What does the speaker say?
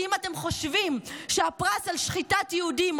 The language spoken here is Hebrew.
כי אם אתם חושבים שהפרס על שחיטת יהודים,